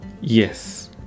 yes